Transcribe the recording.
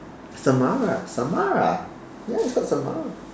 Samara Samara ya it's called Samara